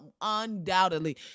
undoubtedly